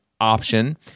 option